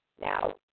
Now